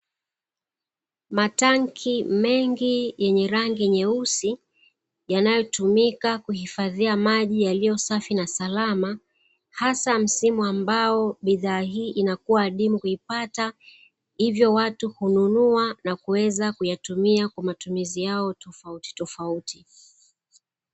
Matanki mengi yenye rangi nyeusi yanayotumika kuhifadhia maji yaliyosafi na salama hasa msimu ambao bidhaa hii inakua adimu kuipata, hivyo watu hununua na kuweza kuyatumia kwa matumizi yao tofautitofauti.